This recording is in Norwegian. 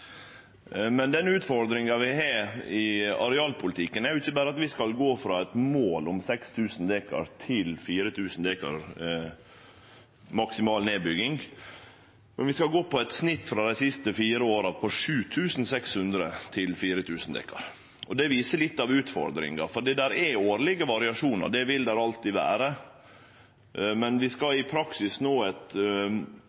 Den utfordringa vi har i arealpolitikken, er ikkje berre at vi skal gå frå eit mål om 6 000 dekar til 4 000 dekar maksimal nedbygging, men vi skal gå frå eit snitt på 7 600 dekar dei fire siste åra til maksimalt 4 000 dekar. Det viser litt av utfordringa. Det er årlege variasjonar, det vil det alltid vere. Vi skal